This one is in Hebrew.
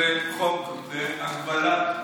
זה חוק בהגבלת הסמכויות.